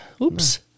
Oops